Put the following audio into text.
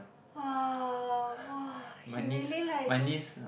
!wah! !wah! he really like just